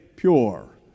pure